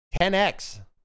10x